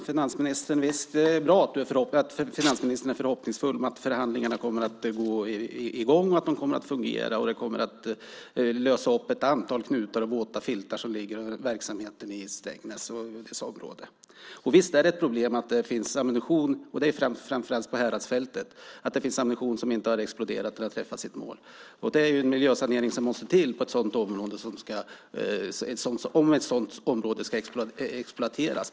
Herr talman! Visst är det bra att finansministern är förhoppningsfull om att förhandlingarna kommer att gå i gång, att de kommer att fungera och att de kommer att lösa upp ett antal knutar och avlägsna de våta filtar som ligger över verksamheten i Strängnäs och dess närområde. Visst är det ett problem att det finns ammunition som inte har exploderat eller träffat sitt mål. Det är framför allt på Häradsfältet. Det är ju en miljösanering som måste till om ett sådant område ska exploateras.